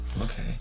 okay